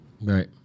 Right